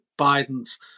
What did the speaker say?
Biden's